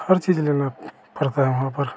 हर चीज़ लेना परता है वहाँ पर